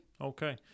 Okay